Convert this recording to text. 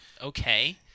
Okay